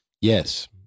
Yes